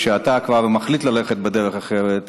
כשאתה כבר מחליט ללכת בדרך אחרת,